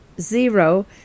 zero